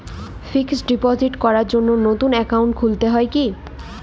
Fix deposit করার জন্য নতুন অ্যাকাউন্ট খুলতে হয় কী?